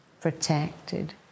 protected